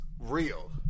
real